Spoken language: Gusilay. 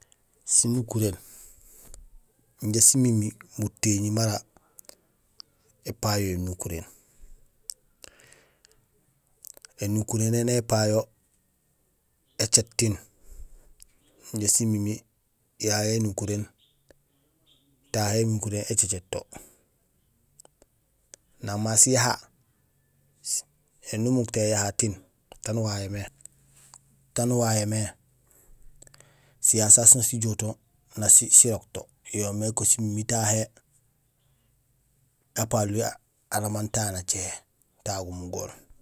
Sinukuréén injé mumuur matéñi mara épayo énukuréén. Énukuréén éni épayo écéét tiin inja simimiir yayé énukuréén, tahé énukuréén écécéét to. Nang ma siyaha, éni umuk to éyaha tiin, taan uwayé mé, siyaha sasu sén sijool to nak sirok to. Yo yoomé simimiir que tahé apaloli aan amaan tahé nacéhé, tahé gumugool.